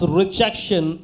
rejection